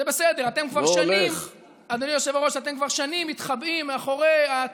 זה בסדר, אתם כבר שנים, לא הולך.